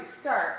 start